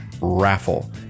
raffle